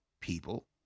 people